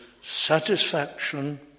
satisfaction